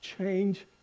change